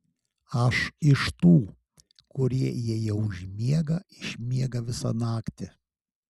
aš iš tų kurie jei jau užmiega išmiega visą naktį